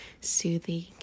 soothing